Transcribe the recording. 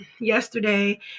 yesterday